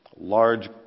large